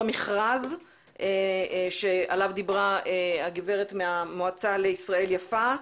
מכרז שעליו דיברה הגברת מהמועצה לישראל יפה.